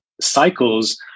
cycles